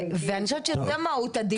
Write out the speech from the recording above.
אני חושבת שזו מהות הדיון.